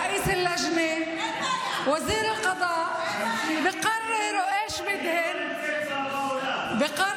אדוני, איך אנחנו יכולים להבין מה מדברים פה?